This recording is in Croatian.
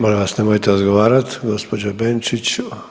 Molim vas nemojte odgovarati gospođo Benčić.